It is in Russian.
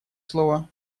слово